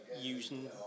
using